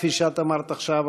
כפי שאת אמרת עכשיו,